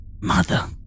mother